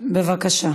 בבקשה.